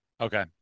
Okay